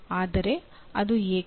ಆದರೆ ಅದು ಏಕೆ